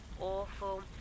awful